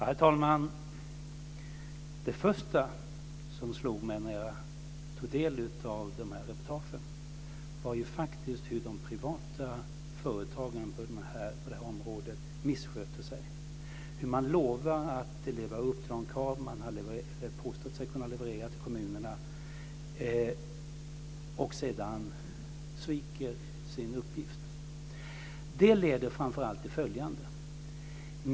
Herr talman! Det första som slog mig när jag tog del av dessa reportage var faktiskt hur de privata företagen på detta område misskötte sig - hur man lovar att leva upp till de krav man påstått sig kunna leva upp till inför kommunerna och sedan sviker sin uppgift. Det leder framför allt till följande.